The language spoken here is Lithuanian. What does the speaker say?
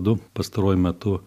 du pastaruoju metu